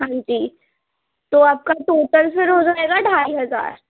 ہاں جی تو آپ کا ٹوٹل پھر ہو جائے گا ڈھائی ہزار